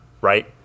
right